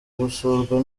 gusurwa